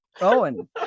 Owen